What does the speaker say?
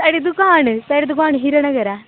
साढ़ी दुकान साढ़ी हीरानगर ऐ